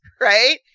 right